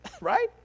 right